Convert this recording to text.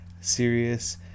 serious